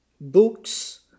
Books